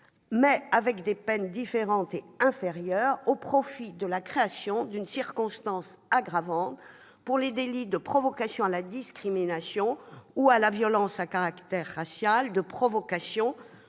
mais assorties de peines différentes et inférieures, au profit de la création d'une circonstance aggravante pour les délits de provocation à la discrimination ou à la violence à caractère racial, de provocation